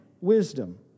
wisdom